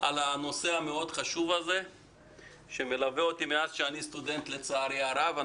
הנושא הזה מלווה אותי מאז שאני סטודנט, לצערי הרב.